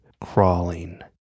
crawling